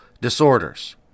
disorders